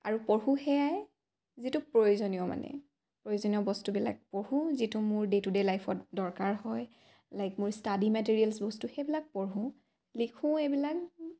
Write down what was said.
আৰু পঢ়োঁ সেয়াই যিটো প্ৰয়োজনীয় মানে প্ৰয়োজনীয় বস্তুবিলাক পঢ়োঁ যিটো মোৰ ডে' টু ডে' লাইফত দৰকাৰ হয় লাইক মোৰ ষ্টাডি মেটেৰিয়েলচ বস্তু সেইবিলাক পঢ়োঁ লিখোঁ এইবিলাক